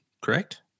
correct